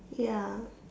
ya